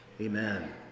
Amen